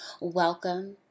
welcome